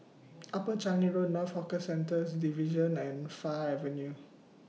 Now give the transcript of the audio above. Upper Changi Road North Hawker Centres Division and Fire Avenue